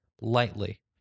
lightly